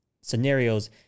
scenarios